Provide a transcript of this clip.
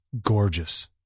gorgeous